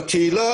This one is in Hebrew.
בקהילה,